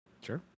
Sure